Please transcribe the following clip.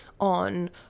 on